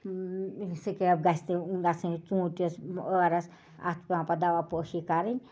سِکٮ۪پ گژھِ نہٕ گژھٕنۍ ژھوٗنٛٹِس ٲرَس اَتھ چھِ پٮ۪وان پتہٕ دوا پٲشی کَرٕنۍ